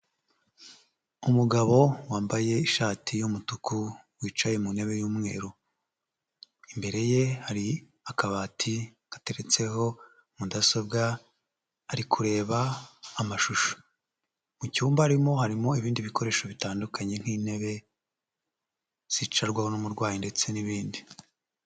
Umugabo wambaye ishati y'umutuku, wicaye mu ntebe y'umweru. Imbere ye hari akabati gateretseho mudasobwa, ari kureba amashusho. Mu cyumba arimo harimo ibindi bikoresho bitandukanye nk'intebe zicarwaho n'umurwayi ndetse n'ibindi.